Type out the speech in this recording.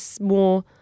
more